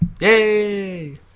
Yay